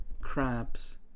Crabs